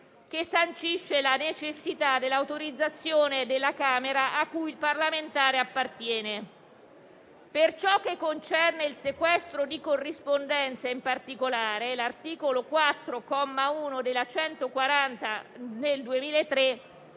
che sancisce la necessità dell'autorizzazione della Camera a cui il parlamentare appartiene. Per ciò che concerne il sequestro di corrispondenza, in particolare l'articolo 4, comma 1 della